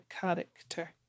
character